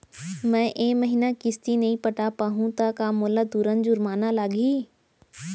मैं ए महीना किस्ती नई पटा पाहू त का मोला तुरंत जुर्माना लागही?